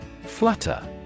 Flutter